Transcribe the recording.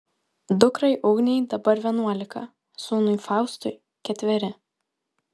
dukrai ugnei dabar vienuolika sūnui faustui ketveri